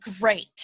great